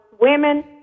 women